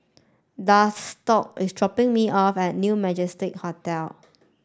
Daxton is dropping me off at New Majestic Hotel